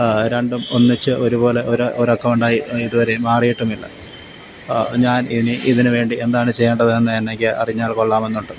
രണ്ടും ഒന്നിച്ച് ഒരുപോലെ ഒരു അക്കൗണ്ടായി ഇതു വരെയും മാറീട്ടുമില്ല ഞാൻ ഇനി ഇതിന് വേണ്ടി എന്താണ് ചെയ്യേണ്ടതെന്ന് എനിക്ക് അറിഞ്ഞാൽ കൊള്ളാമെന്നുണ്ട്